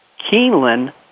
Keeneland